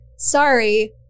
Sorry